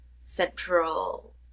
central